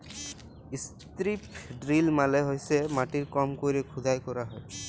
strip drill মালে হইসে মাটির কম কইরে খুদাই ক্যইরা হ্যয়